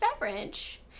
beverage